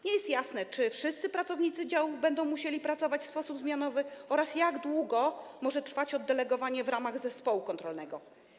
Nie jest jasne, czy wszyscy pracownicy działów będą musieli pracować w sposób zmianowy oraz jak długo może trwać oddelegowanie w ramach zespołu kontrolnego.